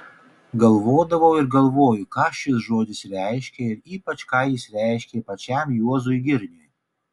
galvodavau ir galvoju ką šis žodis reiškia ir ypač ką jis reiškė pačiam juozui girniui